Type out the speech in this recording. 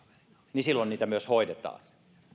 niin silloin niitä myös hoidetaan